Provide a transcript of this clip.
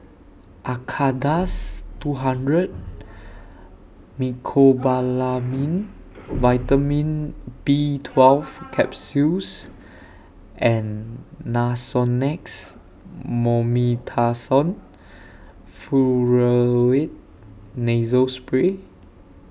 Acardust two hundred Mecobalamin Vitamin B twelve Capsules and Nasonex Mometasone Furoate Nasal Spray